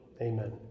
amen